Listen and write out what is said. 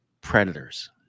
predators